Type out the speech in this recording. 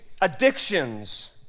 Addictions